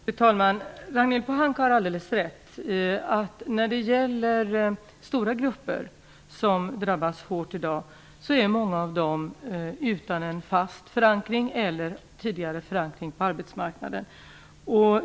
Fru talman! Ragnhild Pohanka har alldeles rätt i att stora grupper som drabbas hårt i dag saknar en fast förankring eller tidigare förankring på arbetsmarknaden.